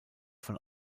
von